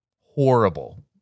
horrible